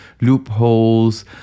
loopholes